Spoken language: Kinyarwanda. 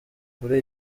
kure